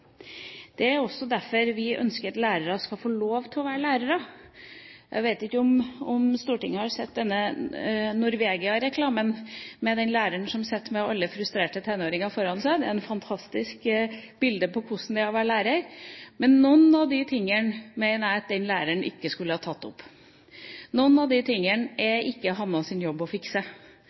Det er også derfor vi ønsker at lærere skal få lov til å være lærere. Jeg vet ikke om Stortinget har sett Norvegia-reklamen med den læreren som sitter med frustrerte tenåringer foran seg – det er et fantastisk bilde på hvordan det er å være lærer. Men noen av de tingene mener jeg den læreren ikke skulle ha tatt opp. Noe av det er det ikke hans eller hennes jobb å fikse.